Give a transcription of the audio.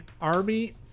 Army